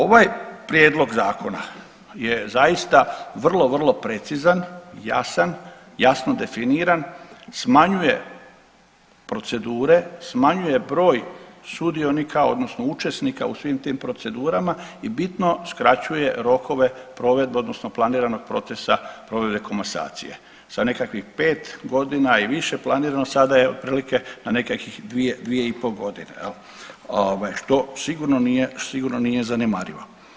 Ovaj, ovaj prijedlog zakona je zaista vrlo vrlo precizan, jasan, jasno definiran, smanjuje procedure, smanjuje broj sudionika odnosno učesnika u svim tim procedurama i bitno skraćuje rokove provedbe odnosno planiranog procesa provedbe komasacije sa nekakvih 5.g. i više planirano sada je otprilike na nekakvih 2-2,5.g. jel, ovaj što sigurno nije, sigurno nije zanemarivo.